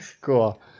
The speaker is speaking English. Cool